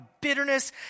bitterness